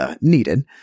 needed